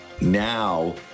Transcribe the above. now